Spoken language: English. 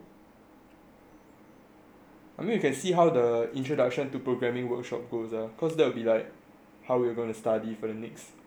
I mean you can see how the introduction to programming workshop goes ah cause there will be like how you're gonna to study for the next one semester loh